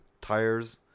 tires